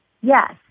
Yes